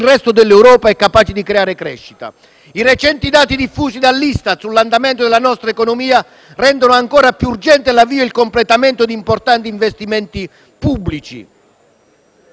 il resto dell'Europa e capace di creare crescita. I recenti dati diffusi dall'ISTAT sull'andamento della nostra economia rendono ancora più urgente l'avvio e il completamento di importanti investimenti pubblici.